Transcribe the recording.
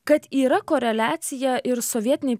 kad yra koreliacija ir sovietinei